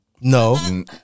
No